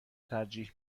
ترجیح